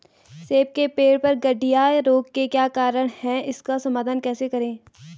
सेब के पेड़ पर गढ़िया रोग के क्या कारण हैं इसका समाधान कैसे करें?